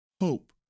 hope